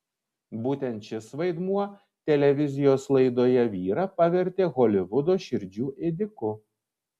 būtent šis vaidmuo televizijos laidoje vyrą pavertė holivudo širdžių ėdiku